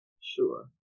Sure